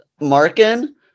Markin